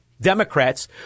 Democrats